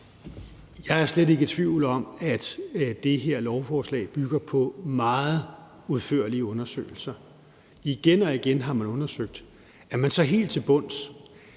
Jeg er slet ikke i tvivl om, at det her lovforslag bygger på meget udførlige undersøgelser. Igen og igen har man lavet undersøgelser. Er man så helt til bunds?